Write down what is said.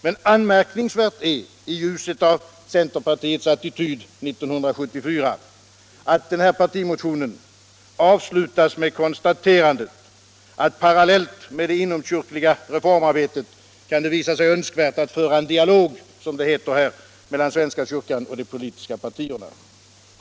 Men anmärkningsvärt är, i ljuset av centerpartiets attityd 1974, att den här partimotionen avslutas med konstaterandet att parallellt med det inomkyrkliga reformarbetet kan det visa sig önskvärt att föra en dialog, som det heter, mellan svenska kyrkan och de politiska partierna.